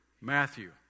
Matthew